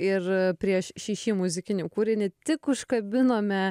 ir prieš šį šį muzikinį kūrinį tik užkabinome